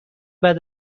بعد